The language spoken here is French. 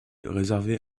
réservée